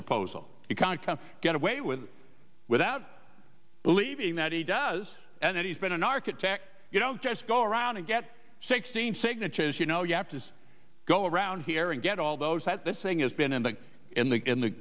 proposal you can get away with without believing that he does and he's been an architect you don't just go around and get sixteen signatures you know you have to go around here and get all those at this thing has been in the in the in the